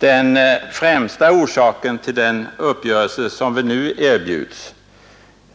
Den främsta orsaken till den uppgörelse som vi nu erbjuds